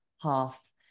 half